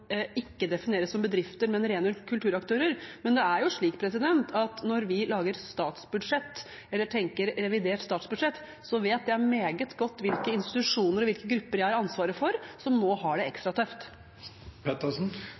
ikke defineres som bedrifter, men som rene kulturaktører, men når vi lager statsbudsjett eller tenker på revidert statsbudsjett, vet jeg meget godt hvilke institusjoner og hvilke grupper jeg har ansvaret for, og som nå har det